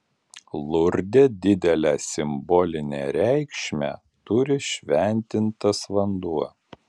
lurde didelę simbolinę reikšmę turi šventintas vanduo